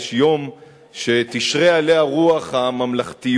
יש יום שתשרה עליה רוח הממלכתיות.